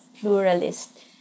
pluralist